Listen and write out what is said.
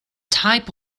type